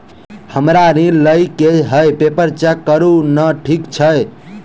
हमरा ऋण लई केँ हय पेपर चेक करू नै ठीक छई?